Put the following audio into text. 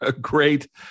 great